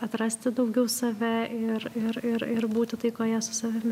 atrasti daugiau save ir ir būti taikoje su savimi